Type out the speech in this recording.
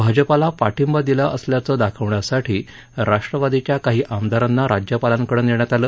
भाजपाला पाठिंबा दिला असल्याचं दाखवण्यासाठी राष्ट्रवादीच्या काही आमदारांना राज्यपालांकडे नेण्यात आलं